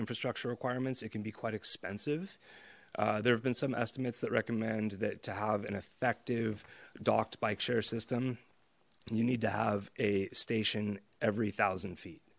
infrastructure requirements it can be quite expensive there have been some estimates that recommend that to have an effective docked bike share system you need to have a station every thousand feet